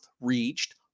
reached